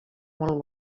molt